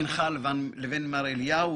אני מאוד שמח על האפשרות ליהנות מתרומתנו ומעצתו הטובה.